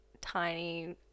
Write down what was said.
tiny